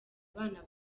abana